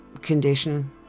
condition